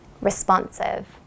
Responsive